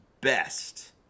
best